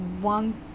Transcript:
one